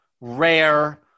rare